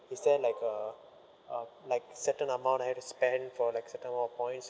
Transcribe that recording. is there like a uh like certain amount I have to spend for like certain amount of points